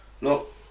Look